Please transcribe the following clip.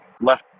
left